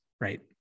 right